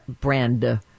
brand